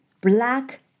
black